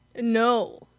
No